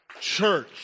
church